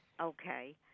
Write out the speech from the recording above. Okay